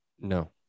No